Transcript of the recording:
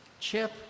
Chip